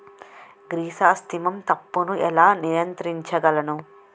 Chrysanthemum తప్పును ఎలా నియంత్రించగలను?